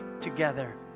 together